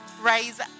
raise